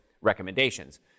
recommendations